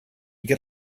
get